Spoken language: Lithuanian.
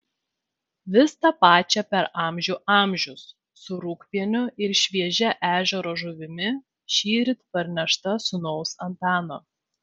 vis tą pačią per amžių amžius su rūgpieniu ir šviežia ežero žuvimi šįryt parnešta sūnaus antano